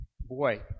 Boy